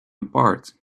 apart